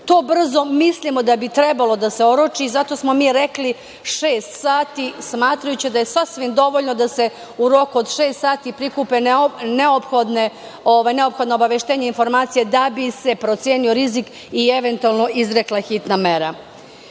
To brzo mislimo da bi trebalo da se oroči i zato smo mi rekli šest sati, smatrajući da je sasvim dovoljno da se u roku od šest sati prikupe neophodna obaveštenja i informacije da bi se procenio rizik i eventualno izrekla hitna mera. Isto